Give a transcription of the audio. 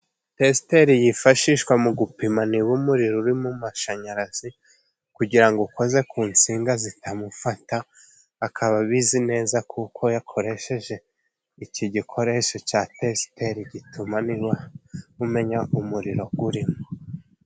Tesiteri yifashishwa mu gupima niba umuriro uri mu mashanyarazi, kugirango ukoze ku nsinga zitamufata, akaba abizi neza kuko yakoresheje iki gikoresho cya tesiteri gituma niba umenya umuriro urimo.